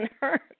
hurt